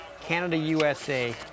Canada-USA